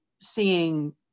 seeing